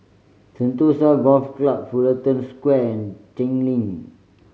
Sentosa Golf Club Fullerton Square and Cheng Lim